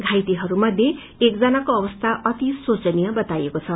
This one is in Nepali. घाइतेहरूमध्ये एकजनाको अवस्था अति गम्भीर बताइएको छ